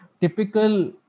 typical